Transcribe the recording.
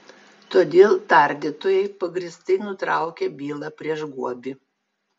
todėl tardytojai pagrįstai nutraukė bylą prieš guobį